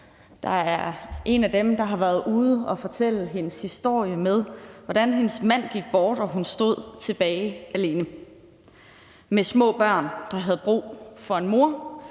der er en af dem, der har været ude at fortælle sin historie om, hvordan hendes mand gik bort, så hun stod tilbage alene med små børn, der havde brug for en mor,